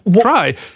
try